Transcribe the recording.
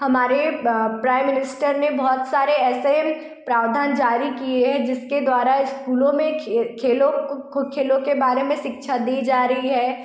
हमारे prime minister ने बहुत सारे ऐसे प्रावधान जारी किए है जिसके द्वारा स्कूलों में खेलों को खेलों के बारे में शिक्षा दी जा रही है